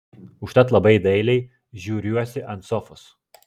užtat labai dailiai žiūriuosi ant sofos